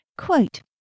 Quote